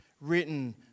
written